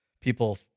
people